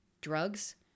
drugs